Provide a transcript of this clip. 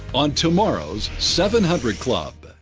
on tomorrow's seven hundred club.